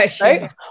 Right